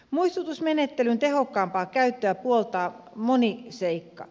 muistutusmenettelyn tehokkaampaa käyttöä puoltaa moni seikka